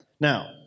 Now